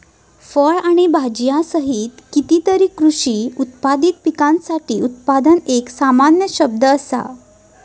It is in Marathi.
फळ आणि भाजीयांसहित कितीतरी कृषी उत्पादित पिकांसाठी उत्पादन एक सामान्य शब्द असा